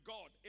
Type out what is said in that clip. God